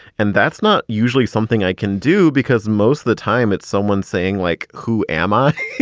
and that's not usually something i can do, because most of the time it's someone saying, like, who am i?